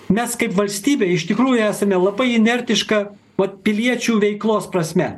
mes kaip valstybė iš tikrųjų esame labai inertiška vat piliečių veiklos prasme